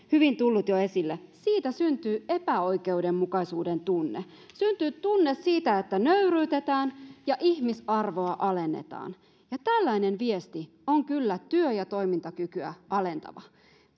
hyvin tullut jo esille siitä syntyy epäoikeudenmukaisuuden tunne syntyy tunne siitä että nöyryytetään ja ihmisarvoa alennetaan ja tällainen viesti on kyllä työ ja toimintakykyä alentava